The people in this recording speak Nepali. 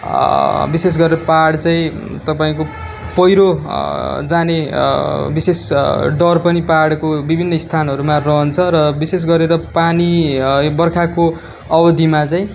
विशेष गरेर पाहाड चाहिँ तपाईँको पैह्रो जाने विशेष डर पनि पाहाडको विभिन्न स्थानहरूमा रहन्छ र विशेष गरेर पानी यो बर्खाको अवधिमा चाहिँ